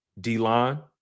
D-line